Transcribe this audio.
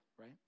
right